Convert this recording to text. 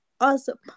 awesome